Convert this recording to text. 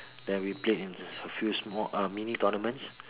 then we played in a few small uh mini tournaments